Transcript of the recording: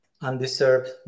undeserved